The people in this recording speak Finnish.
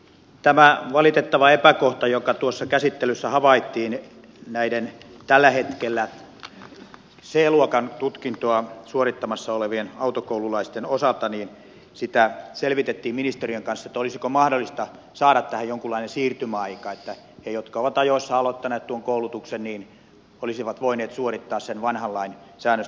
tätä valitettavaa epäkohtaa joka käsittelyssä havaittiin näiden tällä hetkellä c luokan tutkintoa suorittamassa olevien autokoululaisten osalta selvitettiin ministeriön kanssa että olisiko mahdollista saada tähän jonkunlainen siirtymäaika että ne jotka ovat ajoissa aloittaneet tuon koulutuksen olisivat voineet suorittaa sen vanhan lain säännösten mukaan